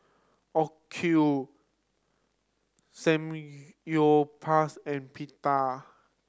Samgyeopsal and Pita